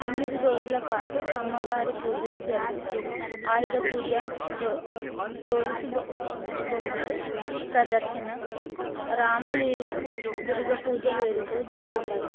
తొమ్మిది రోజుల పాటు అమ్మవారి పూజలు జరుగుతాయి ఆయుధ పూజ గో కొలువు బొ బొమ్మలు ప్రదర్శన రామలీలా దుర్గపూజ వేడుకలు జరుగుతాయి